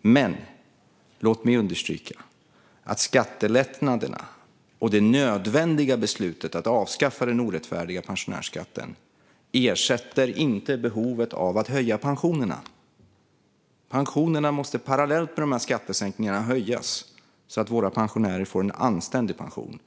Men låt mig understryka att skattelättnaderna och det nödvändiga beslutet att avskaffa den orättfärdiga pensionärsskatten inte ersätter behovet av att höja pensionerna. Pensionerna måste höjas parallellt med skattesänkningarna, så att våra pensionärer får en anständig pension.